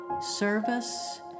service